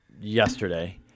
yesterday